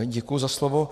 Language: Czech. Děkuji za slovo.